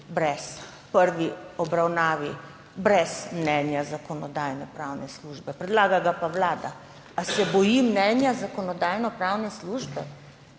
v prvi obravnavi brez mnenja Zakonodajno-pravne službe, predlaga ga pa Vlada. A se boji mnenja Zakonodajno-pravne službe?